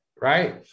right